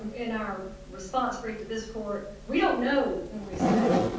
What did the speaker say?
in our response brief to this court we don't know when we say,